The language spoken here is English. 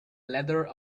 leather